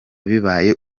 bibaye